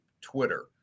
Twitter